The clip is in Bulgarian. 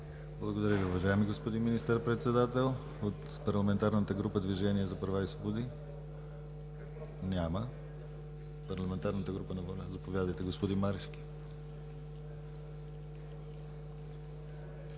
Благодаря Ви, уважаеми господин Министър-председател. От Парламентарната група на „Движение за права и свободи“? Няма. От Парламентарната група на „Воля“ – заповядайте, господин Марешки.